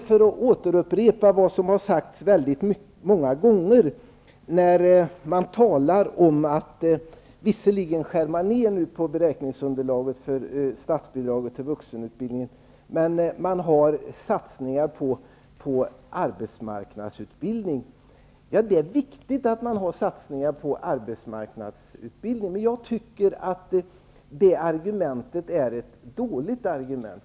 För att återupprepa vad som har sagts många gånger kan jag säga att man talar om att man visserligen skär ned på beräkningsunderlaget för statsbidraget till vuxenutbildningen, men att man gör satsningar på arbetsmarknadsutbildning. Det är viktigt att man gör satsningar på arbetsmarknadsutbildning. Men jag tycker att det argumentet är dåligt.